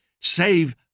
Save